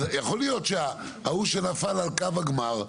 יכול להיות שההוא שנפל על קו הגמר,